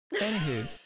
Anywho